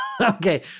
Okay